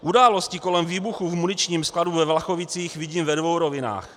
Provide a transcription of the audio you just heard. Události kolem výbuchu v muničním skladu ve Vlachovicích vidím ve dvou rovinách.